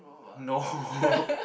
no